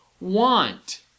Want